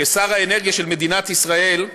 כשר האנרגיה של מדינת ישראל,